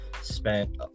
spent